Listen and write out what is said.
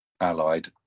allied